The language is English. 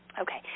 Okay